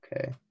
Okay